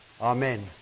Amen